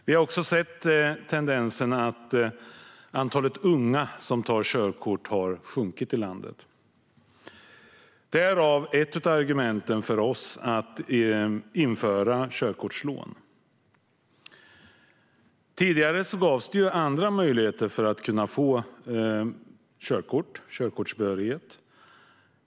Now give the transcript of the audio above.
Vi ser också tendensen att antalet unga som tar körkort har sjunkit i landet. Det är ett av argumenten för oss att införa körkortslån. Tidigare gavs andra möjligheter att få körkortsbehörighet.